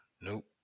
Nope